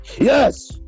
Yes